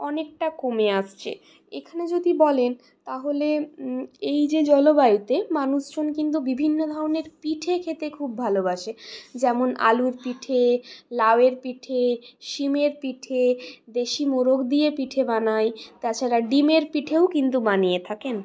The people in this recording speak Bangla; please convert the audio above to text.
অনেকটা কমে আসছে এইখানে যদি বলেন তাহলে এই যে জলবায়ুতে মানুষজন কিন্তু বিভিন্ন ধরনের পিঠে খেতে খুব ভালোবাসে যেমন আলুর পিঠে লাউয়ের পিঠে শিমের পিঠে দেশি মোরগ দিয়ে পিঠে বানায় তাছাড়া ডিমের পিঠেও কিন্তু বানিয়ে থাকে